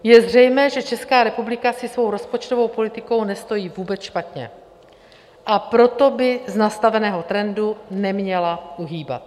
Je zřejmé, že Česká republika si svou rozpočtovou politikou nestojí vůbec špatně, a proto by z nastaveného trendu neměla uhýbat.